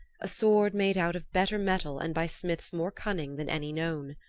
a sword made out of better metal and by smiths more cunning than any known.